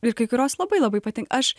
ir kai kurios labai labai patinka aš